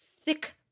thick